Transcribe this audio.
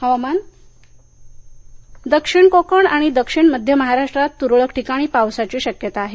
हवामान दक्षिण कोकण आणि दक्षिण मध्य महाराष्ट्रात त्रळक ठिकाणी पावसाची शक्यता आहे